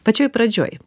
pačioj pradžioj